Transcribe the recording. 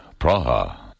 Praha